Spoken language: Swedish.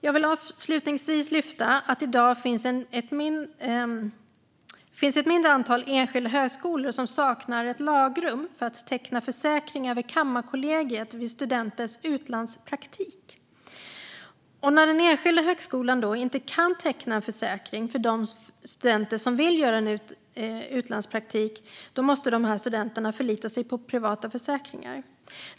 Jag vill avslutningsvis lyfta att det i dag finns ett mindre antal enskilda högskolor som saknar lagrum för att teckna försäkring via Kammarkollegiet vid studenters utlandspraktik. När den enskilda högskolan inte kan teckna en försäkring för de studenter som vill göra utlandspraktik måste dessa studenter förlita sig på privata försäkringar.